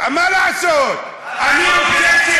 מה לעשות, אני רוצה,